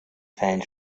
fällen